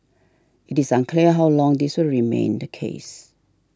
it is unclear how long this will remain the case